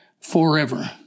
forever